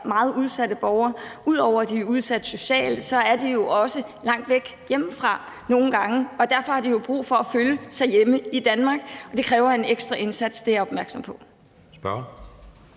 meget udsatte borgere. Ud over at de er udsat socialt, er de jo også langt væk hjemmefra nogle gange, og derfor har de brug for at føle sig hjemme i Danmark. Det kræver en ekstra indsats. Det er jeg opmærksom på.